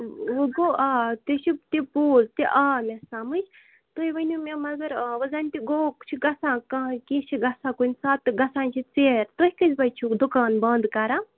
گوٚو آ تہِ چھِ تہِ بوٗز تہِ آو مےٚ سَمٕج تُہۍ ؤنِو مےٚ مَگر وۄنۍ زَن تہِ گوٚو چھِ گَژھان کانٛہہ کینٛہہ چھِ گَژھان کُنہِ ساتہٕ تہٕ گَژھان چھُ ژیر تُہۍ کٔژِ بَجہِ چھُو دُکان بَنٛد کَران